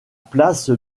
place